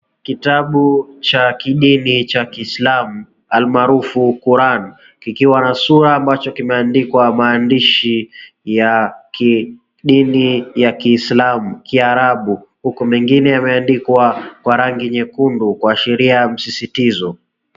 Kitabu cha kidini cha kiislamu almaarufu, Quran kikiwa na sura ambacho kimeandikwa maandishi ya kidini ya kiislamu, kiarabu huku mengine yameandikwa kwa rangi nyekundu kwa sheria ya msisitizo.